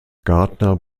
gardner